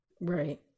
Right